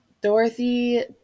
Dorothy